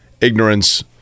ignorance